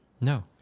No